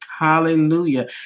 Hallelujah